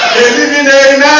eliminate